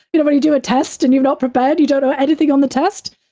you know, when you do a test, and you're not prepared, you don't know anything on the test.